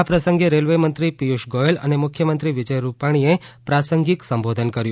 આ પ્રસંગે રેલવે મંત્રી પિયુષ ગોયલ તથા મુખ્યમંત્રી વિજય રૂપાણી પ્રાસંગિક સંબોધન કર્યું